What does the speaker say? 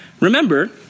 Remember